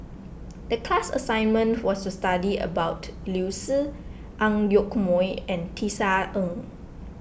the class assignment was to study about Liu Si Ang Yoke Mooi and Tisa Ng